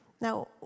Now